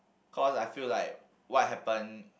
cause I feel like what happened